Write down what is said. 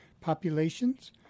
populations